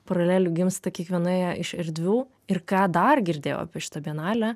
paralelių gimsta kiekvienoje iš erdvių ir ką dar girdėjau apie šitą bienalę